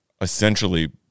essentially